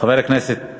חבר הכנסת